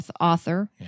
author